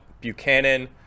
Buchanan